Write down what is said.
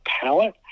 palette